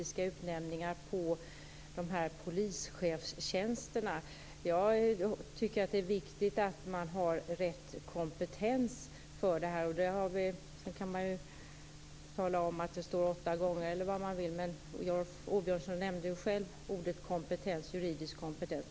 Fru talman! Jag vet inte vad Rolf Åbjörnsson har för fog för att säga att det skulle finnas oro för politiska utnämningar när det gäller polischefstjänsterna. Jag tycker att det är viktigt att man har rätt kompetens. Sedan kan man ju tala om att det står kompetens åtta gånger. Men Rolf Åbjörnsson nämnde ju själv att det skall finnas juridisk kompetens.